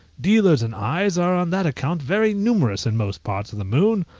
dealers in eyes are on that account very numerous in most parts of the moon,